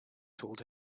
told